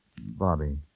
Bobby